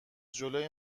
جلوی